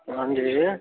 हां जी